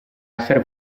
essere